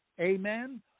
Amen